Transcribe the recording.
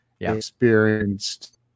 experienced